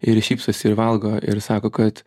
ir šypsosi ir valgo ir sako kad